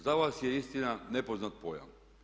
Za vas je istina nepoznat pojam.